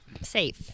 safe